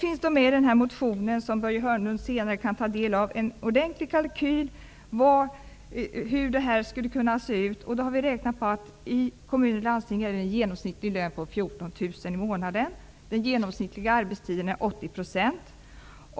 I vår motionen, som Börje Hörnlund senare kan ta del av, finns en ordentlig kalkyl för hur det här skulle kunna se ut. Vi har då beräknat att den genomsnittliga lönen i kommuner och landsting är 14 000 kronor per månad. Den genomsnittliga arbetstiden är 80 %.